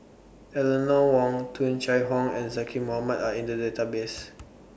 Eleanor Wong Tung Chye Hong and Zaqy Mohamad Are in The Database